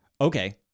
Okay